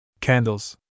Candles